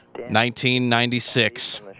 1996